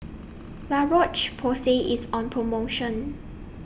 La Roche Porsay IS on promotion